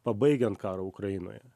pabaigiant karą ukrainoje